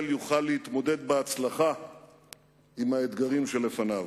יוכל להתמודד בהצלחה עם האתגרים שלפניו.